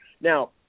Now